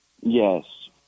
Yes